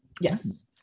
Yes